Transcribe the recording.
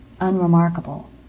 unremarkable